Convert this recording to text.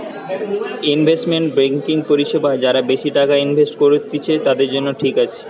investment banking পরিষেবা যারা বেশি টাকা ইনভেস্ট করত্তিছে, তাদের জন্য ঠিক আছে